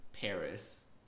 paris